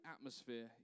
atmosphere